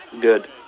Good